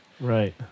Right